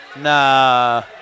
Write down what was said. Nah